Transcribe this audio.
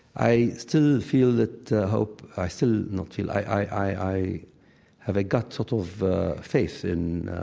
i still feel that hope i still not feel i i have a gut sort of faith in